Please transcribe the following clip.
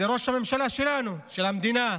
זה ראש הממשלה שלנו, של המדינה.